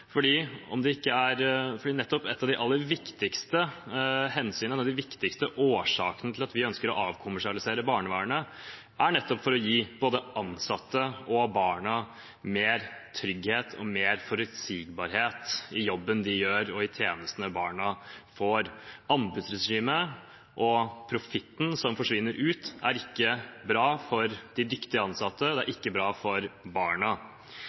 et av de aller viktigste hensynene med tanke på dette, en av de viktigste årsakene til at vi ønsker å avkommersialisere barnevernet, er nettopp at vi vil gi både de ansatte og barna mer trygghet og mer forutsigbarhet – når det gjelder jobben de gjør, og tjenestene barna får. Anbudsregimet og profitten som forsvinner ut, er ikke bra for de dyktige ansatte, og det er ikke bra for barna.